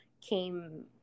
came